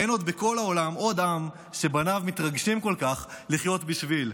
אין בכל העולם עוד עם שבניו מתרגשים כל כך לחיות בשביל.